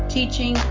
Teaching